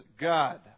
God